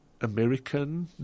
American